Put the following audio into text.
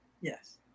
yes